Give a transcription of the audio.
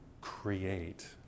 create